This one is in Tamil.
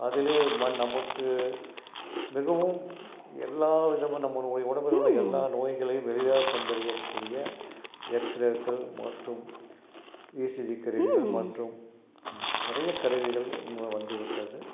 அதிலே வந் நமக்கு மிகவும் எல்லா விதமான நம்மளுடைய உடம்பில் உள்ள எல்லா நோய்களையும் எளிதாக கண்டறியக் கூடிய எக்ஸ்ரேக்கள் மற்றும் இசிஜி கருவிகள் மற்றும் நிறைய கருவிகளுமே வந்துவிட்டது